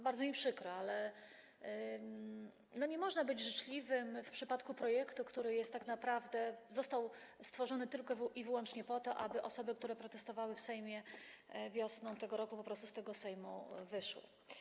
Bardzo mi przykro, ale nie można być życzliwym w przypadku projektu, który tak naprawdę został stworzony tylko i wyłącznie po to, aby osoby, które protestowały w Sejmie wiosną tego roku, po prostu wtedy z tego Sejmu wyszły.